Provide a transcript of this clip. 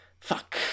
fuck